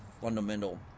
fundamental